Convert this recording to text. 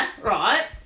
right